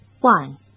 One